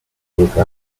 alleviate